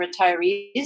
retirees